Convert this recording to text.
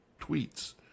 tweets